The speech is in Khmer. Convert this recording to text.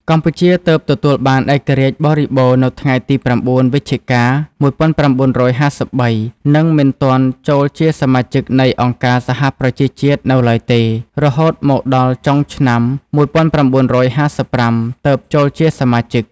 កម្ពុជាទើបទទួលបានឯករាជ្យបរិបូណ៌នៅថ្ងៃទី៩វិច្ចិកា១៩៥៣ និងមិនទាន់ចូលជាសមាជិកនៃអង្គការសហប្រជាជាតិនូវឡើយទេ រហូតមកដល់ចុងឆ្នាំ១៩៥៥ ទើបចូលជាសមាជិក។